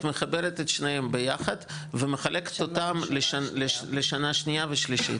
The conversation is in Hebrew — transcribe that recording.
את מחברת את שניהם ביחד ומחלקת אותם לשנה שניה ושלישית.